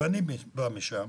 ואני בא משם,